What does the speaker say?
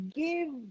give